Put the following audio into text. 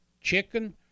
chicken